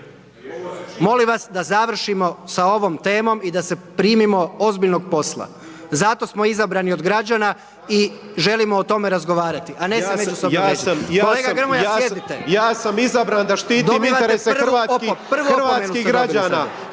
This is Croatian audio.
Molim vas da završimo sa ovom temom i da se primimo ozbiljnog posla. Zato smo izabrani od građani i želimo o tome razgovarati a ne Se međusobno vrijeđati …/Upadica: Ja sam izabran da štitim interese/… kolega